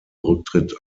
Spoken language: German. rücktritt